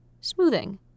smoothing